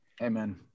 Amen